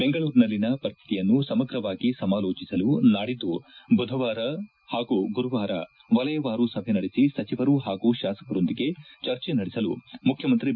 ಬೆಂಗಳೂರಿನಲ್ಲಿನ ಪರಿಸ್ತಿತಿಯನ್ನು ಸಮಗ್ರವಾಗಿ ಸಮಾಲೋಚಿಸಲು ನಾಡಿದ್ದು ಬುಧವಾರ ಹಾಗೂ ಗುರುವಾರ ವಲಯವಾರು ಸಭೆ ನಡೆಸಿ ಸಚಿವರು ಹಾಗೂ ಶಾಸಕರೊಂದಿಗೆ ಚರ್ಚೆ ನಡೆಸಲು ಮುಖ್ಚುಮಂತ್ರಿ ಬಿ